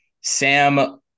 Sam